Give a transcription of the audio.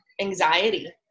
anxiety